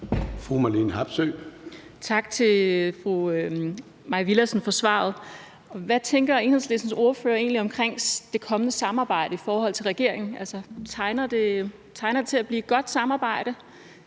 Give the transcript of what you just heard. Marlene Harpsøe (DD): Tak til fru Mai Villadsen for svaret. Hvad tænker Enhedslistens ordfører egentlig om det kommende samarbejde i forhold til regeringen? Tegner det til at blive et godt samarbejde,